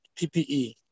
PPE